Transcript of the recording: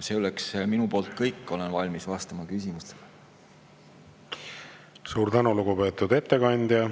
See on minu poolt kõik, olen valmis vastama küsimustele. Suur tänu, lugupeetud ettekandja!